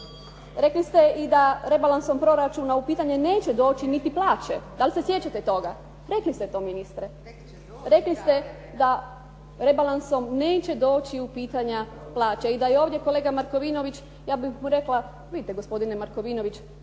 Rekli ste i da rebalansom proračuna u pitanje neće doći niti plaće. Da li se sjećate toga? Rekli ste to ministre. Rekli ste da rebalansom neće doći u pitanje plaće. I da je ovdje kolega Markovinović ja bih mu rekla vidite gospodine Markovinović